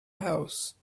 house